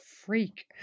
freak